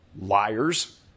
Liars